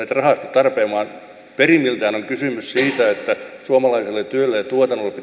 tarpeen mutta perimmiltään on kysymys siitä että suomalaisella työllä ja tuotannolla